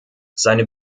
seine